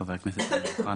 חבר הכנסת אוחנה,